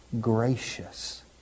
gracious